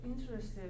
interested